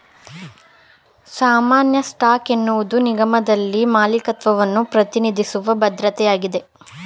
ಸಾಮಾನ್ಯ ಸ್ಟಾಕ್ ಎನ್ನುವುದು ನಿಗಮದಲ್ಲಿ ಮಾಲೀಕತ್ವವನ್ನ ಪ್ರತಿನಿಧಿಸುವ ಭದ್ರತೆಯಾಗಿದೆ